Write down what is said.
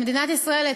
אז מדינת ישראל,